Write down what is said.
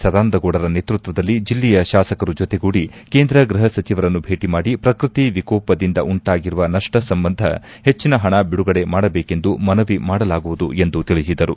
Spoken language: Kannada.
ಸದಾನಂದಗೌಡರ ನೇತೃತ್ವದಲ್ಲಿ ಜಿಲ್ಲೆಯ ಶಾಸಕರು ಜೊತೆಗೂಡಿ ಕೇಂದ್ರ ಗೃಹ ಸಚಿವರನ್ನು ಭೇಟಿ ಮಾಡಿ ಪ್ರಕೃತಿ ವಿಕೋಪದಿಂದ ಉಂಟಾಗಿರುವ ನಪ್ಪ ಸಂಬಂಧ ಹೆಚ್ಚಿನ ಹಣ ಬಿಡುಗಡೆ ಮಾಡಬೇಕೆಂದು ಮನವಿ ಮಾಡಲಾಗುವುದು ಎಂದು ಅವರು ತಿಳಿಸಿದರು